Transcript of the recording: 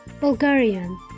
Bulgarian